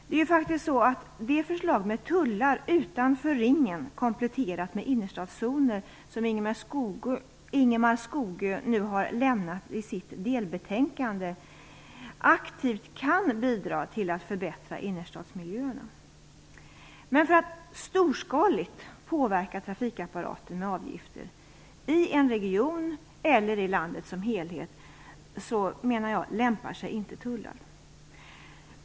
Det är ju faktiskt så att det förslag med tullar utanför ringen kompletterat med innerstadszoner som Ingemar Skogö nu har lämnat i sitt delbetänkande aktivt kan bidra till att förbättra innerstadsmiljöerna. Men för att storskaligt påverka trafikapparaten med avgifter, i en region eller i landet som helhet, menar jag att tullar inte lämpar sig.